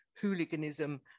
hooliganism